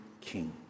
king